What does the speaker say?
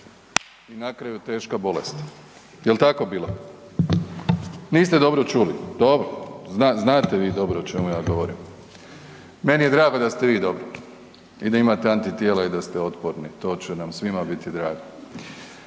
i na kraju teška bolest, jel tako bilo? Niste dobro čuli. Dobro, znate vi dobro o čemu ja govorim. Meni je drago da ste vi dobro i da imate antitijela i da ste otporni, to će nam svima biti drago.